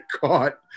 caught